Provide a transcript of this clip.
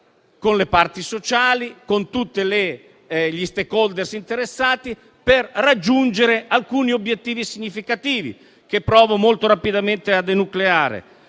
con le parti sociali e con tutti gli *stakeholder* interessati, per raggiungere alcuni obiettivi significativi, che provo molto rapidamente a enucleare.